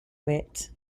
weight